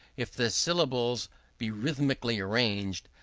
if the syllables be rhythmically arranged,